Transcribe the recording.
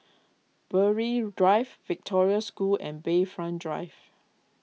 Burghley Drive Victoria School and Bayfront Drive